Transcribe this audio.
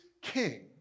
king